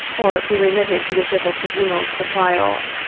or be remitted to the civil tribunals for trial.